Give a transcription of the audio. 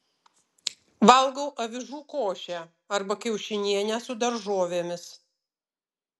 valgau avižų košę arba kiaušinienę su daržovėmis